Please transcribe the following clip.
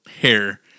hair